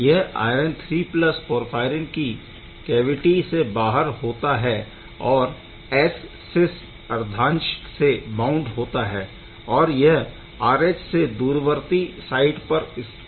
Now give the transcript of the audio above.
यह iron III porphyrin की cavity से बाहर होता है और Scys अर्धांश से बउण्ड होता हैऔर यह RH से दूरवर्ती साइट पर स्थापित है